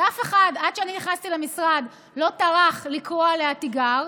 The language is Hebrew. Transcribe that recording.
שאף אחד עד שאני נכנסתי למשרד לא טרח לקרוא עליה תיגר,